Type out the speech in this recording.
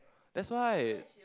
that's why